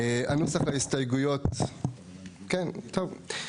הנוסח על הסתייגויות, כן, טוב.